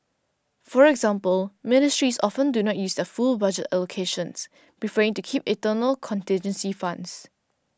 for example ministries often do not use their full budget allocations preferring to keep internal contingency funds